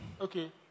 Okay